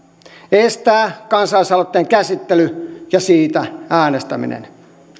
estää kansalaisaloitteen käsittely ja siitä äänestäminen